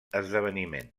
esdeveniment